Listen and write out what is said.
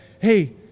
Hey